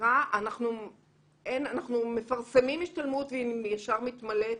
אנחנו מפרסמים השתלמות והיא ישר מתמלאת.